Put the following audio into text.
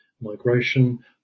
migration